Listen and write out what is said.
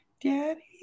Daddy